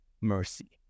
mercy